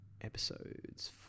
episodes